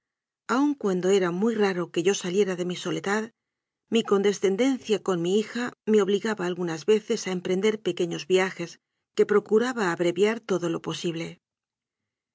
aun cuando era muy raro que yo saliera de mi soledad mi condescendencia con mi hija me obli gaba algunas veces a emprender pequeños viajes que procuraba abreviar todo lo posible